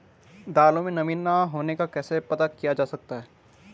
दालों में नमी न होने का कैसे पता किया जा सकता है?